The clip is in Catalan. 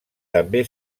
també